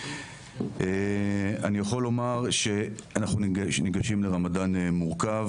אני יכול לומר שאנחנו ניגשים לרמדאן מורכב